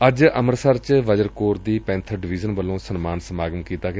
ਅੱਜ ਅੰਮ੍ਤਿਸਰ ਚ ਵਜਰ ਕੋਰ ਦੀ ਪੈਂਬਰ ਡਵੀਜ਼ਨ ਵੱਲੋਂ ਸਨਮਾਨ ਸਮਾਗਮ ਕੀਤਾ ਗਿਆ